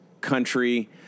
country